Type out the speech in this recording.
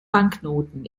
banknoten